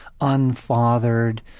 unfathered